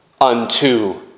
unto